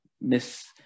Miss